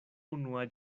unua